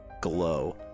glow